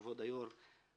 כבוד היו"ר,